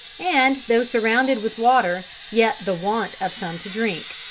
and, though surrounded with water, yet the want of some to drink.